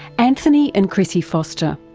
anthony and chrissie foster.